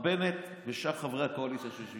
למרות שמר בנט ביקש את התיק.